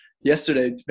yesterday